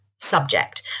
Subject